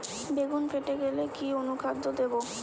বেগুন ফেটে গেলে কি অনুখাদ্য দেবো?